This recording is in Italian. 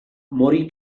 morì